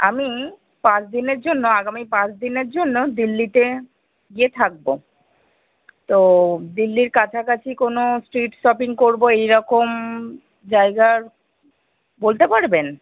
আমি পাঁচ দিনের জন্য আগামী পাঁচ দিনের জন্য দিল্লিতে গিয়ে থাকবো তো দিল্লির কাছাকাছি কোনো স্ট্রিট শপিং করবো এই রকম জায়গার বলতে পারবেন